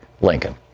Lincoln